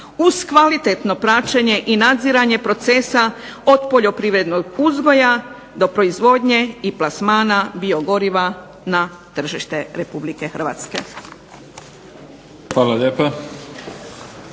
uz kvalitetno praćenje i nadziranje procesa od poljoprivrednog uzgoja do proizvodnje i plasmana biogoriva na tržište Republike Hrvatske.